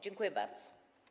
Dziękuję bardzo.